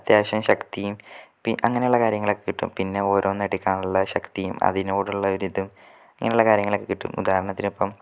അത്യാവശ്യം ശക്തിയും പി അങ്ങനുള്ള കാര്യങ്ങളക്കെ കിട്ടും പിന്നെ ഓരോന്ന് എടുക്കാനുള്ള ശക്തിയും അതിനോടൊള്ള ഒരു ഇതും അങ്ങനെയുള്ള കാര്യങ്ങളൊക്കെ കിട്ടും ഉദാഹരണത്തിന് ഇപ്പം